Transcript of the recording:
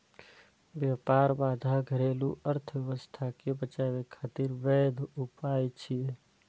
व्यापार बाधा घरेलू अर्थव्यवस्था कें बचाबै खातिर वैध उपाय छियै